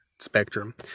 spectrum